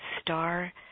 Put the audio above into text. star